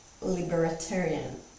libertarian